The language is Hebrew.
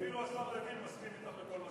סתיו, אפילו השר לוין מסכים אתך בכל מה שאמרת.